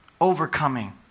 overcoming